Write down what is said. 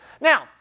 Now